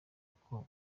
uko